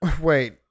Wait